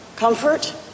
Comfort